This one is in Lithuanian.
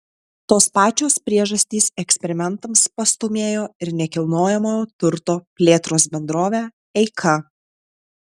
tos pačios priežastys eksperimentams pastūmėjo ir nekilnojamojo turto plėtros bendrovę eika